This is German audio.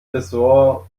ressort